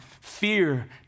fear